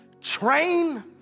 Train